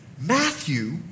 Matthew